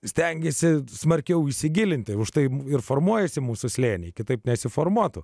stengėsi smarkiau įsigilinti už tai ir formuojasi mūsų slėniai kitaip nesiformuotų